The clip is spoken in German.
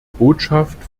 botschaft